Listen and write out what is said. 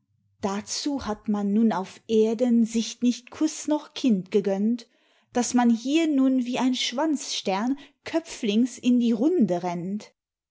dazu hat man nun auf erden sich nicht kuß noch kind gegönnt daß man hier nun wie ein schwanzstern köpflings in die runde rennt